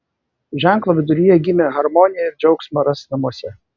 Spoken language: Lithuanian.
ženklo viduryje gimę harmoniją ir džiaugsmą ras namuose